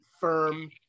firm